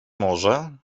może